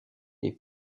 les